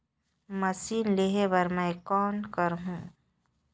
Machine लेहे बर मै कौन करहूं?